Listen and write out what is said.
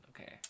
Okay